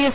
S